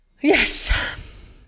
Yes